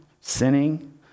sinning